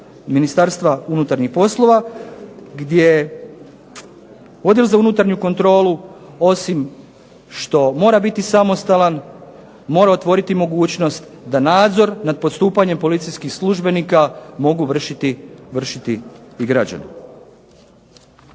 Ministarstva unutarnjih poslova gdje Odjel za unutarnju kontrolu osim što mora biti samostalan, mora otvoriti mogućnost da nadzor nad postupanjem policijskih službenika mogu vršiti i građani.